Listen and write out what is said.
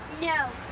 no,